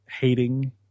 hating